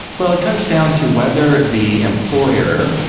well, it comes down to whether the employer,